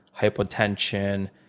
hypotension